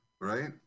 Right